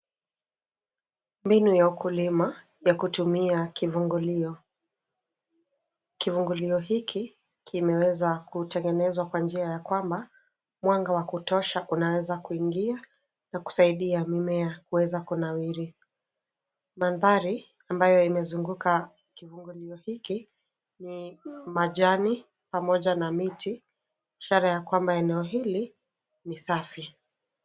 Mbinu ya ukulima ya kutumia kivungulio. Kivungulio hiki kimeweza kutengenezwa kwa njia ya kwamba, mwanga wa kutosha unaweza kuingia na kusaidia mimea kuweza kunawiri. Mandhari ambayo imezunguka kivungulio hiki ni majani pamoja na miti, ishara ya kwamba eneo hili ni safi.